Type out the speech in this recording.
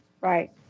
Right